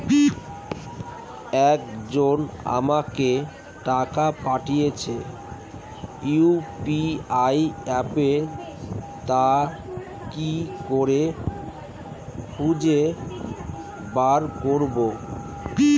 একজন আমাকে টাকা পাঠিয়েছে ইউ.পি.আই অ্যাপে তা কি করে খুঁজে বার করব?